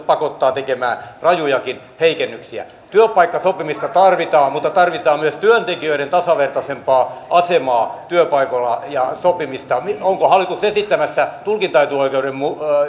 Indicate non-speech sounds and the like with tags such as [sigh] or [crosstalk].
[unintelligible] pakottaa tekemään rajujakin heikennyksiä työpaikkasopimista tarvitaan mutta tarvitaan myös työntekijöiden tasavertaisempaa asemaa työpaikoilla ja sopimista onko hallitus esittämässä tulkintaetuoikeuden